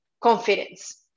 confidence